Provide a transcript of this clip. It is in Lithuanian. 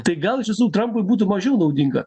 tai gal iš tiesų trampui būtų mažiau naudinga